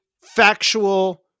factual